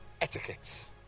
etiquette